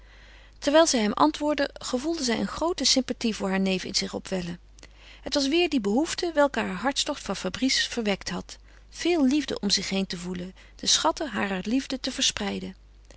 terwijl zij hem antwoordde gevoelde zij een groote sympathie voor haar neef in zich opwellen het was weer die behoefte welke haar hartstocht voor fabrice verwekt had veel liefde om zich heen te voelen de schatten harer liefde te verspreiden